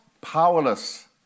powerless